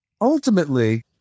Ultimately